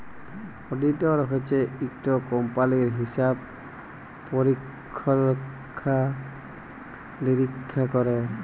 auditor হছে ইকট কম্পালির হিসাব পরিখ্খা লিরিখ্খা ক্যরে